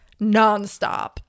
nonstop